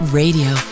radio